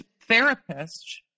therapist